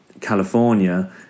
California